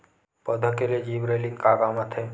पौधा के लिए जिबरेलीन का काम आथे?